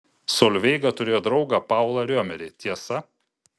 solveiga turėjo draugą paulą riomerį tiesa